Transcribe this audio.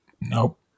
Nope